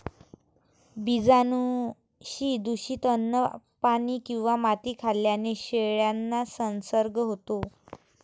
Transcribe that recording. बीजाणूंनी दूषित अन्न, पाणी किंवा माती खाल्ल्याने शेळ्यांना संसर्ग होतो